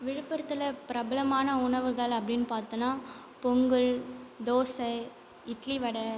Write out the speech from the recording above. விழுப்புரத்தில் பிரபலமான உணவுகள் அப்படினு பார்தோன்னா பொங்கல் தோசை இட்லி வடை